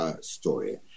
story